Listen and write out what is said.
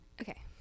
okay